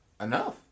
Enough